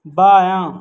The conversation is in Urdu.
بایاں